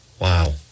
wow